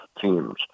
teams